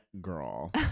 girl